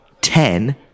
Ten